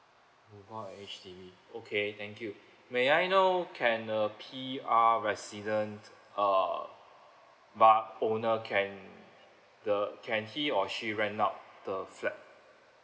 my H_D_B okay thank you may I know can a P_R resident uh ba~ owner can the can he or she rent out the flat